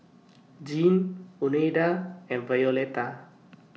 Gene Oneida and Violetta